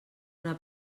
una